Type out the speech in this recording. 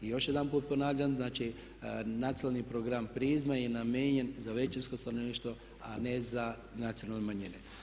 I još jedanput ponavljam, znači nacionalni program „Prizma“ je namijenjen za većinsko stanovništvo, a ne za nacionalne manjine.